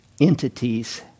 entities